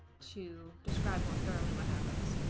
to describe more thoroughly what happens